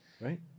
right